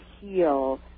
heal